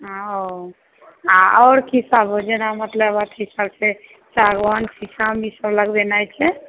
हँ ओ आओर कीसभ जेना मतलब अथी सभके सागवान शीशम ईसभ लगबेनाइ छै